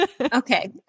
Okay